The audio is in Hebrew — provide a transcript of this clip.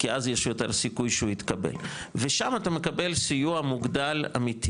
כי אז יש יותר סיכוי שהוא יתקבל ושם אתה מקבל סיוע מוגדל אמיתי